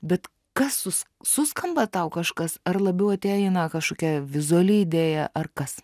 bet kas sus suskamba tau kažkas ar labiau ateina kažkokia vizuali idėja ar kas